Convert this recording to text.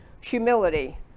humility